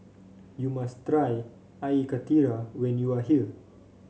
you must try Air Karthira when you are here